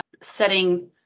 setting